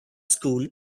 school